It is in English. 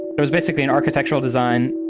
it was basically an architectural design.